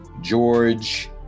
George